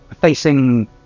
facing